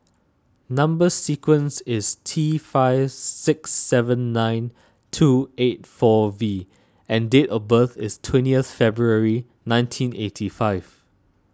Number Sequence is T five six seven nine two eight four V and date of birth is twentieth February nineteen eighty five